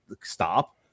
Stop